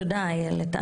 תודה, איילת.